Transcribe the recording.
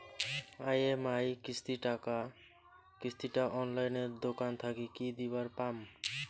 EMI কিস্তি টা অনলাইনে দোকান থাকি কি দিবার পাম?